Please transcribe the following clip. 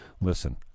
Listen